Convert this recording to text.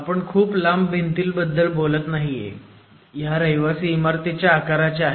आपण खूप लांब भिंतींबद्दल बोलत नाहीये ह्या रहिवासी इमारतीच्या आकाराच्या आहेत